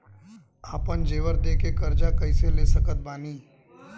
आपन जेवर दे के कर्जा कइसे ले सकत बानी?